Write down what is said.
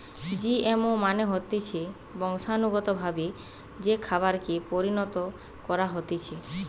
GMO মানে হতিছে বংশানুগতভাবে যে খাবারকে পরিণত করা হতিছে